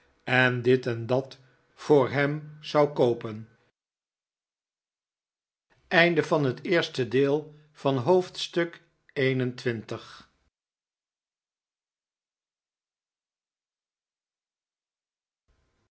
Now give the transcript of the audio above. en dit en dat moois voor hem zou koopen